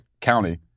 County